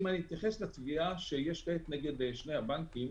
אם אני מתייחס לתביעה שיש כעת נגד שני הבנקים,